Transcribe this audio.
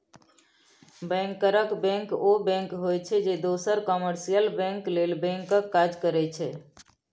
बैंकरक बैंक ओ बैंक होइ छै जे दोसर कामर्शियल बैंक लेल बैंकक काज करै छै